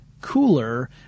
cooler